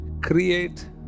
create